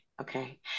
okay